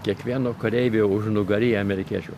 kiekvieno kareivio užnugary amerikiečių